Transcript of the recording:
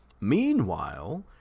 Meanwhile